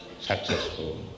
successful